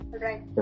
Right